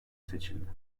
seçildi